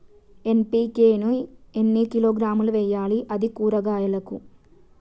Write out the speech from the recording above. NPK ని ఎన్ని కిలోగ్రాములు వెయ్యాలి? అది కూరగాయలకు?